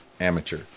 amateur